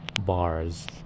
bars